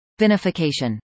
Vinification